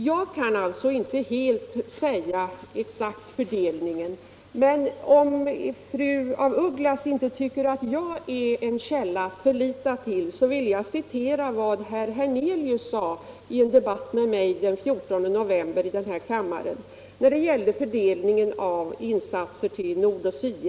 Jag kan alltså inte exakt ange biståndsfördelningen, men om fru af Ugglas inte tycker att jag är en källa att förlita sig på, vill jag citera vad herr Hernelius sade till mig i en debatt i kammaren den 14 november när det gällde fördelningen av insatser till Nordoch Sydvietnam.